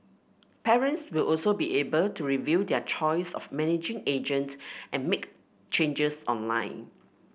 parents will also be able to review their choice of managing agent and make changes online